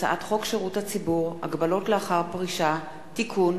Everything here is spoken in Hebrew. הצעת חוק ההסדרים במשק המדינה (תיקוני